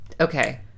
Okay